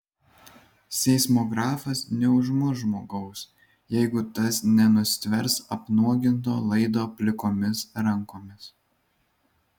seismografas neužmuš žmogaus jeigu tas nenustvers apnuoginto laido plikomis rankomis